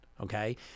Okay